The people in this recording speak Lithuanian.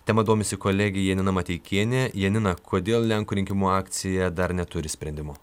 tema domisi kolegė janina mateikienė janina kodėl lenkų rinkimų akcija dar neturi sprendimo